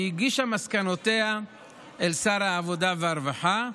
והיא הגישה מסקנותיה אל שר העבודה והרווחה.